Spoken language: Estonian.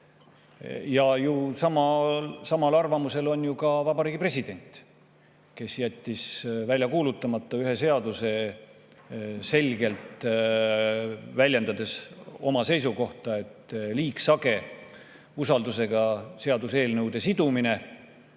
Samal arvamusel on ju ka Vabariigi President, kes jättis välja kuulutamata ühe seaduse, selgelt väljendades oma seisukohta, et liiga sage seaduseelnõude